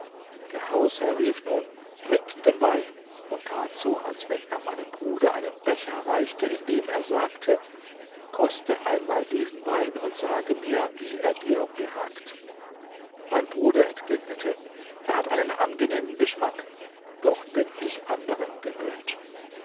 der hausherr rief nun bringt den wein und tat als wenn er meinem bruder einen becher reichte indem er sagte koste einmal diesen wein und sage mir wie er dir behagt mein bruder entgegnete er hat einen angenehmen geschmack doch bin ich anderen gewöhnt